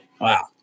Wow